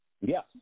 Yes